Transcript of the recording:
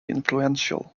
influential